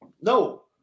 No